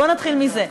בוא נתחיל מזה.